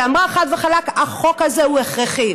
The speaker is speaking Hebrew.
שאמרה חד וחלק: החוק הזה הוא הכרחי.